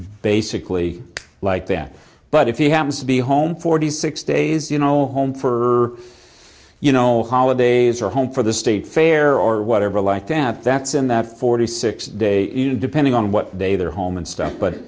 basically like that but if you happen to be home forty six days you know home for you know holidays are home for the state fair or whatever like that that's in that forty six day depending on what day they're home and stuff but